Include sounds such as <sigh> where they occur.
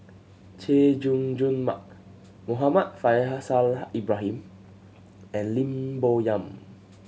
Chay Jung Jun Mark Muhammad Faishal <unintelligible> Ibrahim and Lim Bo Yam